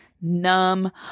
numb